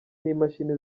n’imashini